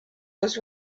was